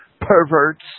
perverts